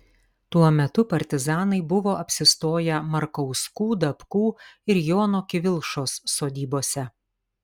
tuo metu partizanai buvo apsistoję markauskų dapkų ir jono kivilšos sodybose